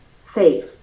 safe